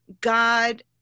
God